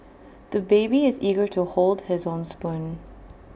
the baby is eager to hold his own spoon